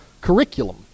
curriculum